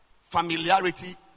Familiarity